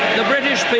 the british